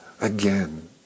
again